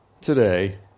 today